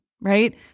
right